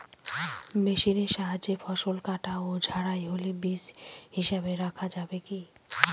মেশিনের সাহায্যে ফসল কাটা ও ঝাড়াই হলে বীজ হিসাবে রাখা যাবে কি?